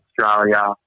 Australia